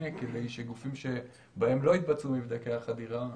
כדי שגופים שבהם לא התבצעו מבדקי החדירה,